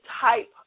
type